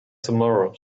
tomorrow